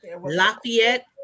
Lafayette